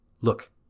Look